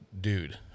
dude